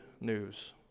news